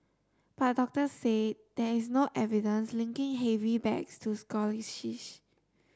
but doctors say there is no evidence linking heavy bags to scoliosis